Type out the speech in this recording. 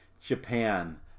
Japan